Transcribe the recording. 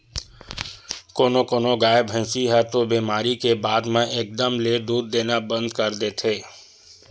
कोनो कोनो गाय, भइसी ह तो बेमारी के बाद म एकदम ले दूद देना बंद कर देथे